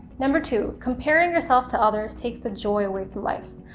number two comparing yourself to others takes the joy away from life.